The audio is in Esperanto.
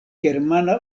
germana